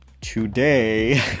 today